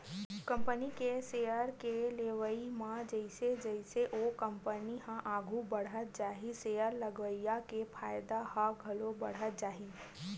company के share के लेवई म जइसे जइसे ओ कंपनी ह आघू बड़हत जाही सेयर लगइया के फायदा ह घलो बड़हत जाही